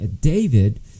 David